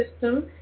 system